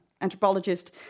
anthropologist